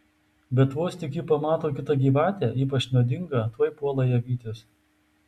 bet vos tik ji pamato kitą gyvatę ypač nuodingą tuoj puola ją vytis